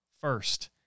first